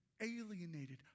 alienated